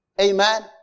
Amen